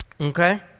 Okay